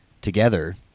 together